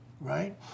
right